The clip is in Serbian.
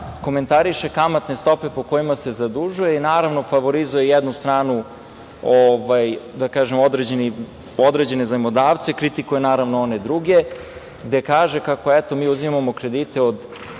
komentariše kamatne stope po kojima se zadužuje i, naravno, favorizuje jednu stranu, da kažem određene zajmodavce. Kritikuje, naravno, one druge, gde kaže kako, eto, mi uzimamo kredite od